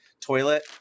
toilet